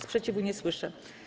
Sprzeciwu nie słyszę.